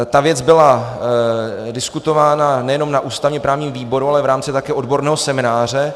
Ta věc byla diskutována nejenom na ústavněprávním výboru, ale také v rámci odborného semináře.